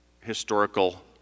historical